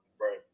Right